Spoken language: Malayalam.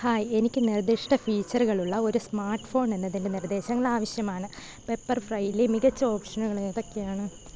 ഹായ് എനിക്ക് നിർദ്ദിഷ്ട ഫീച്ചറുകളുള്ള ഒരു സ്മാർട്ട്ഫോൺ എന്നതിൻ്റെ നിർദ്ദേശങ്ങൾ ആവശ്യമാണ് പെപ്പർഫ്രൈയിലെ മികച്ച ഓപ്ഷനുകൾ ഏതൊക്കെയാണ്